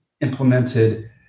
implemented